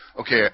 okay